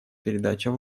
передача